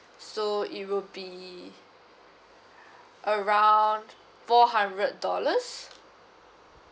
so it will be around four hundred dollars